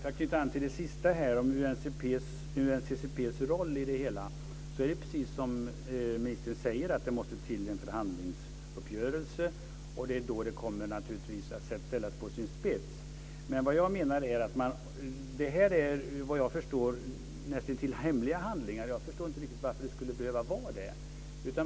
Fru talman! Låt mig knyta an till det sista om UNCCP:s roll i det hela. Det är precis som ministern säger att det måste till en förhandlingsuppgörelse. Det är naturligtvis då som det kommer att ställas på sin spets. Men vad jag förstår är detta näst intill hemliga handlingar, och jag förstår inte riktigt varför det ska behöva vara det.